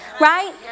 Right